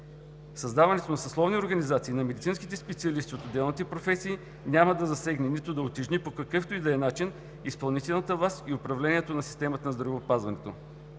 Създаването на съсловни организации на медицинските специалисти от отделните професии няма на засегне нито да утежни по какъвто и да е начин изпълнителната власт и управлението на системата в здравеопазването.